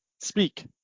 Speak